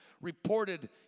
reported